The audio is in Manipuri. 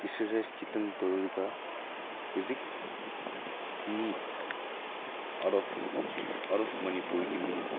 ꯑꯦꯛꯁꯔꯁꯥꯏꯁ ꯈꯤꯇꯪ ꯇꯧꯔꯒ ꯍꯧꯖꯤꯛ ꯃꯤ ꯑꯥꯎꯠ ꯑꯣꯐ ꯑꯥꯎꯠ ꯑꯣꯐ ꯃꯅꯤꯄꯨꯔꯒꯤ ꯃꯤ